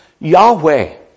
Yahweh